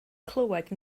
clywed